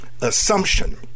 assumption